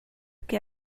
que